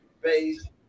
based